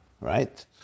right